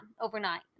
overnight